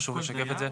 חשוב לשקף את זה.